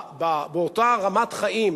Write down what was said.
באותה רמת חיים